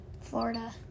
florida